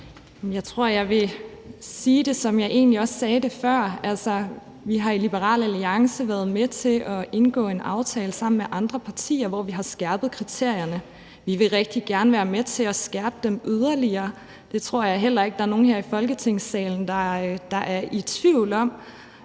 Jeg tror, at jeg vil sige det, som jeg egentlig også sagde det før. Altså, vi har i Liberal Alliance været med til at indgå en aftale sammen med andre partier, hvor vi har skærpet kriterierne. Vi vil rigtig gerne være med til at skærpe dem yderligere, og det tror jeg heller ikke der er nogen her i Folketingssalen der er i tvivl om.